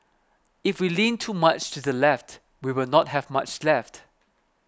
if we lean too much to the left we will not have much left